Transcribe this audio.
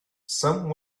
some